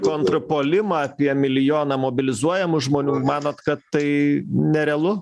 kontrpuolimą apie milijoną mobilizuojamų žmonių manot kad tai nerealu